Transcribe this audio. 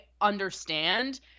understand